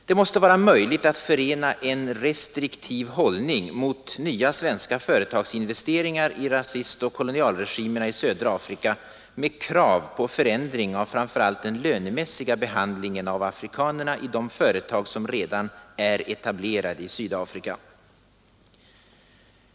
Det måste vara möjligt att förena en restriktiv hållning mot nya svenska företagsinvesteringar i rasistoch kolonialregimerna i södra Afrika med krav på förändring av framför allt den lönemässiga behandlingen av afrikanerna i de svenska företag som redan är etablerade i Sydafrika.